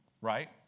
right